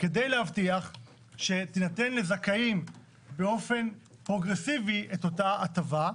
כדי להבטיח שתינתן לזכאים באופן פרוגרסיבי את אותה הטבה,